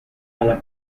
alla